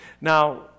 Now